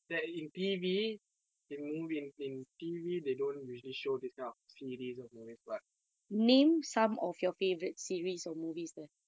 that in T_V in movie in T_V they don't usually show this kind of series or movies what